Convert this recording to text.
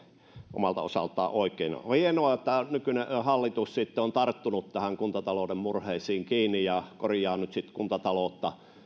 omalta osaltaan oikenevat on hienoa että nykyinen hallitus on tarttunut kuntatalouden murheisiin kiinni ja korjaa nyt kuntataloutta